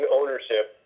ownership